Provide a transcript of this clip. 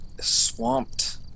swamped